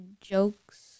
jokes